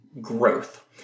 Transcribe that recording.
growth